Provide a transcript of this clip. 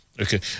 Okay